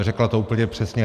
Řekla to úplně přesně.